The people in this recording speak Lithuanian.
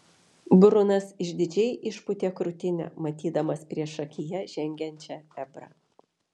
brunas išdidžiai išpūtė krūtinę matydamas priešakyje žengiančią ebrą